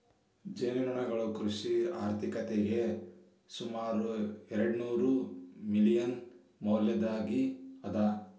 ಜೇನುನೊಣಗಳು ಕೃಷಿ ಆರ್ಥಿಕತೆಗೆ ಸುಮಾರು ಎರ್ಡುನೂರು ಮಿಲಿಯನ್ ಮೌಲ್ಯದ್ದಾಗಿ ಅದ